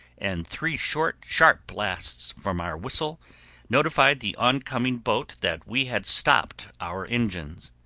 and three short, sharp blasts from our whistle notified the oncoming boat that we had stopped our engines.